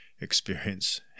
experience